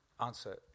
answer